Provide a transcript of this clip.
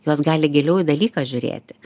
jos gali giliau į dalyką žiūrėti